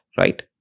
right